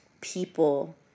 people